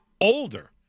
older